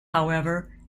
however